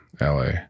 LA